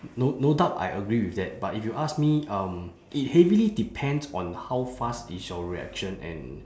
no no doubt I agree with that but if you ask me um it heavily depends on how fast is your reaction and